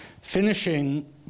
finishing